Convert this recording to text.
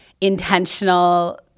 intentional